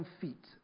feet